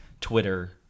Twitter